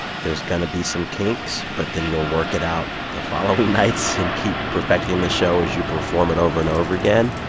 there's going to be some kinks, but then you'll work it out the following nights and keep perfecting the show as you perform it over and over again.